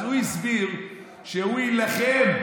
אז הוא הסביר שהוא יילחם,